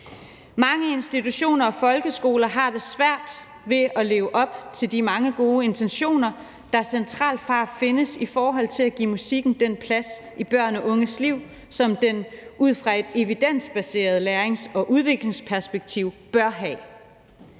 Mange institutioner og folkeskoler har svært ved at leve op til de mange gode intentioner, der kommer fra centralt hold, i forhold til at give musikken den plads i børn og unges liv, som den ud fra et evidensbaseret lærlings- og udviklingsperspektiv bør have.